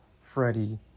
Freddie